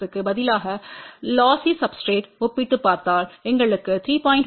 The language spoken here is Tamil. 06 க்கு பதிலாக லொஸ் சப்ஸ்டிரேட்டன் ஒப்பிட்டுப் பார்த்தால் எங்களுக்கு 3